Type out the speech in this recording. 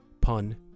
pun